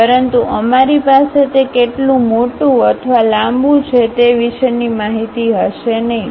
પરંતુ અમારી પાસે તે કેટલું મોટું અથવા લાંબું છે તે વિશેની માહિતી હશે નહીં